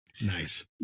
Nice